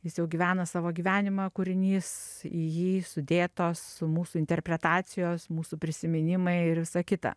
jis jau gyvena savo gyvenimą kūrinys į jį sudėtos mūsų interpretacijos mūsų prisiminimai ir visa kita